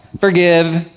Forgive